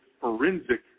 forensic